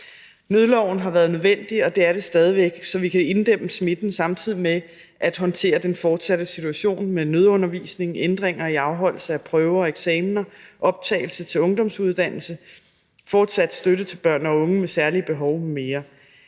Nødloven har været nødvendig, og det er den stadig væk, for at vi kan inddæmme smitten samtidig med at håndtere den fortsatte situation med nødundervisning, ændringer i afholdelse af prøver og eksamener, optagelse til ungdomsuddannelse, fortsat støtte til børn og unge med særlige behov m.m.